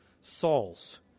Saul's